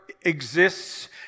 exists